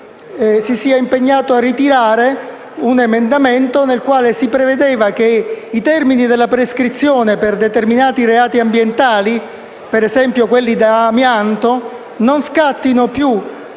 senatore Lumia a ritirare un emendamento nel quale si prevedeva che i termini della prescrizione per determinati reati ambientali, per esempio quelli da amianto, non scattino più